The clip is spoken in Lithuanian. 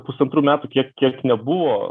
pusantrų metų tiek kiek nebuvo